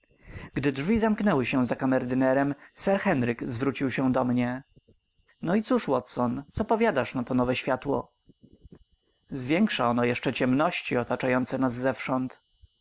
gdy drzwi zamknęły się za kamerdynerem sir henryk zwrócił się do mnie no i cóż watson co powiadasz na to nowe światło zwiększa ono jeszcze ciemności otaczające nas zewsząd